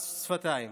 מס שפתיים